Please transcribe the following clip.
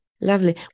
Lovely